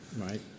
Right